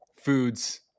foods